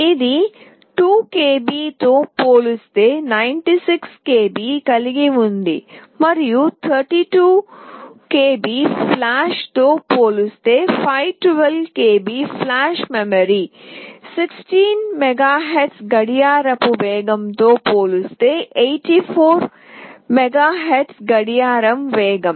ఇది 2 KB తో పోలిస్తే 96 KB కలిగి ఉంది మరియు 32 KB ఫ్లాష్తో పోలిస్తే 512 KB ఫ్లాష్ మెమరీ 16 మెగాహెర్ట్జ్ గడియారపు వేగంతో పోలిస్తే 84 మెగాహెర్ట్జ్ గడియార వేగం